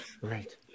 Right